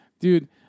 Dude